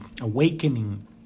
awakening